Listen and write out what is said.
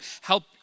help